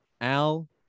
al